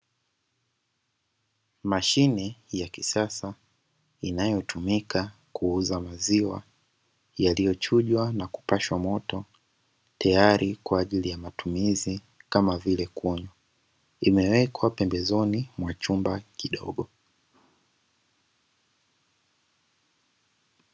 Mashine ya kisasa inayotumika kuuza maziwa, yaliyochujwa na kupashwa moto tayari kwa ajili ya matumizi kama vile kunywa imewekwa pembezoni mwa chumba kidogo.